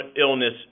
illness